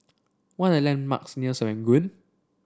what are the landmarks near Serangoon